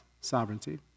sovereignty